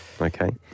Okay